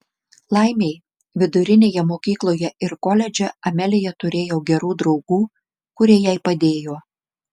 laimei vidurinėje mokykloje ir koledže amelija turėjo gerų draugų kurie jai padėjo